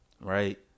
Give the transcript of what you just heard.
Right